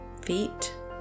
feet